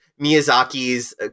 Miyazaki's